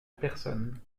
personne